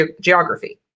geography